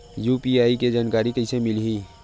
UPI के जानकारी कइसे मिलही?